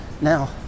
Now